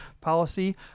policy